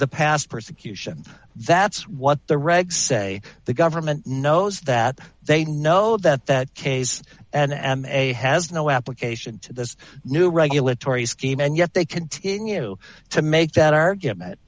the past persecution that's what the regs say the government knows that they know that that case and he has no application to this new regulatory scheme and yet they continue to make that argument